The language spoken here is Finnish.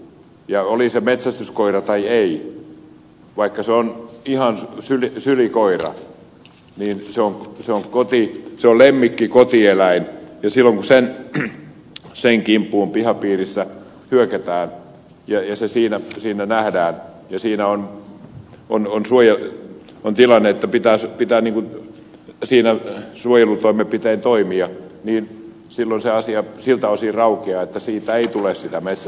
ja oli se metsästyskoira tai vaikka ihan sylikoira niin se on lemmikki kotieläin ja silloin kun sen kimppuun pihapiirissä hyökätään ja se siinä nähdään ja siinä on tilanne että pitää suojelutoimenpitein toimia niin silloin se asia siltä osin raukeaa että siitä ei tule metsästysrikossyytettä